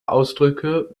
ausdrücke